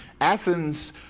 Athens